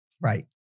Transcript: Right